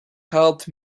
helped